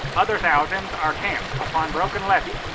other thousands are camped upon broken levees.